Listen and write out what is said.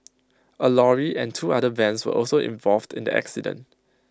A lorry and two other vans were also involved in the accident